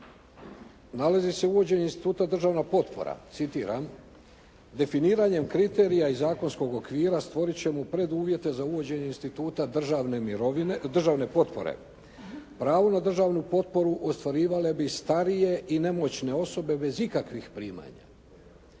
nalazi se uvođenje instituta državna potpora. Citiram: “Definiranjem kriterija i zakonskog okvira stvorit ćemo preduvjete za uvođenje instituta državne potpore. Pravo na državnu potporu ostvarivale bi starije i nemoćne osobe bez ikakvih primanja.